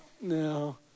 no